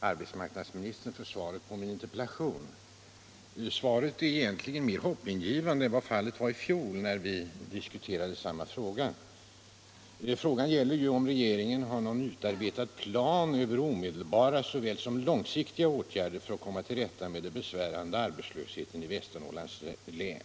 arbetsmarknadsministern för svaret på min interpellation. Svaret är egentligen mer hoppingivande än vad fallet var i fjol när vi diskuterade samma fråga. Frågan gäller ju om regeringen har någon utarbetad plan över omedelbara såväl som långsiktiga åtgärder för att komma till rätta med den besvärande arbetslösheten i Västernorrlands län.